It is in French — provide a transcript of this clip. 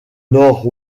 nord